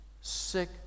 sick